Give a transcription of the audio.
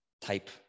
type